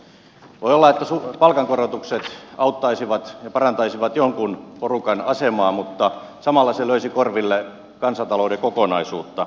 voi olla että palkankorotukset auttaisivat ja parantaisivat jonkun porukan asemaa mutta samalla se löisi korville kansantalouden kokonaisuutta